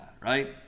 right